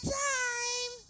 time